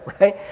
right